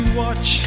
watch